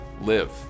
Live